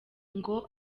ngo